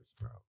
bro